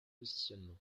positionnement